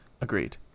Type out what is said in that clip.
agreed